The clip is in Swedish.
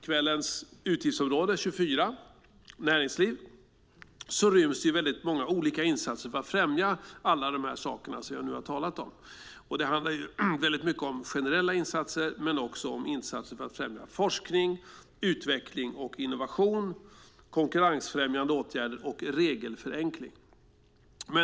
Kvällens utgiftsområde 24, Näringsliv, rymmer väldigt många olika insatser för att främja alla de här sakerna som jag nu har talat om. Det handlar väldigt mycket om generella insatser men också om insatser för att främja forskning, utveckling och innovation, konkurrensfrämjande åtgärder och regelförenkling.